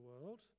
world